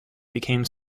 became